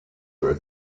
were